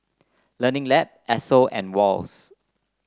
Learning Lab Esso and Wall's